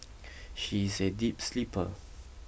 she is a deep sleeper